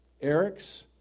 Eric's